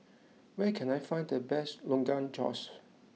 where can I find the best Rogan Josh